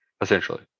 essentially